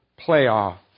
playoff